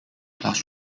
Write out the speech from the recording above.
class